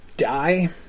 Die